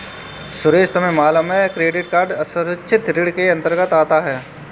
सुरेश तुम्हें मालूम है क्रेडिट कार्ड असुरक्षित ऋण के अंतर्गत आता है